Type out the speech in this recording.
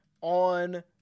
on